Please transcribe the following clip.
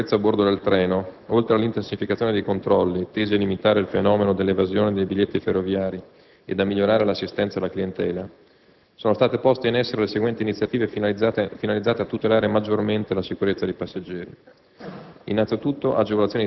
Per quanto concerne la sicurezza a bordo del treno, oltre all'intensificazione dei controlli, tesi a limitare il fenomeno dell'evasione dei biglietti ferroviari ed a migliorare l'assistenza alla clientela, sono state poste in essere le seguenti iniziative finalizzate a tutelare maggiormente la sicurezza dei passeggeri: